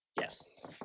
Yes